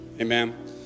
Amen